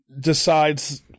decides